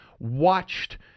watched